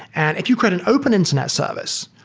and if you create an open internet service,